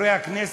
לחברי הכנסת,